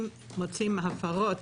אם מוצאים הפרות,